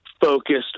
focused